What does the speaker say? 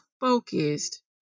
focused